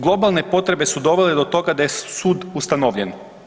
Globalne potrebe su dovele do toga da je sud ustanovljen.